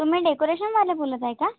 तुम्ही डेकोरेशनवाले बोलत आहे का